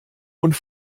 und